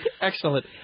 Excellent